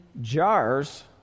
jars